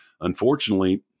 unfortunately